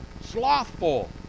slothful